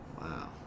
Wow